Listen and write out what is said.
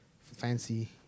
fancy